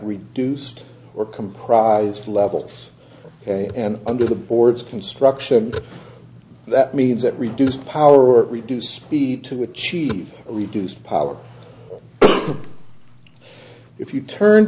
reduced or comprise levels and under the board's construction that means that reduced power or reduced speed to achieve only deuced power if you turn